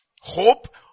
hope